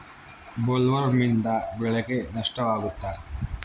ಬೊಲ್ವರ್ಮ್ನಿಂದ ಬೆಳೆಗೆ ನಷ್ಟವಾಗುತ್ತ?